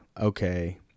okay